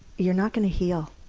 you're not going to heal.